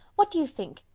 what do you think?